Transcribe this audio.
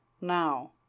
now